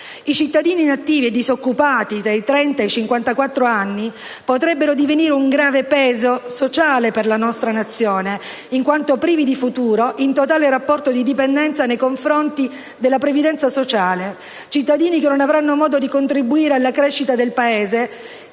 I cittadini inattivi e disoccupati tra i 30 e i 54 anni potrebbero divenire un grave peso sociale per la nostra Nazione, in quanto privi di futuro, in totale rapporto di dipendenza nei confronti della previdenza sociale sono cittadini che non avranno modo di contribuire alla crescita del Paese